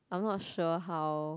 I'm not sure how